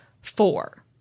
four